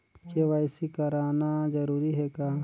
KYC कराना जरूरी है का?